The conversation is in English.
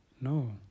No